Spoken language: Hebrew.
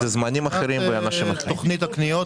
האמת, בגלל שאתמול לא היית הוא אמר,